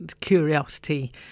Curiosity